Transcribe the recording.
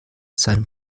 seinem